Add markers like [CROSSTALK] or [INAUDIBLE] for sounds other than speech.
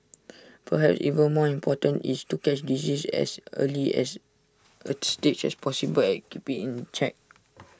[NOISE] perhaps even more important is to catch diseases as early as A stage as possible and keep IT in check